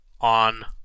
on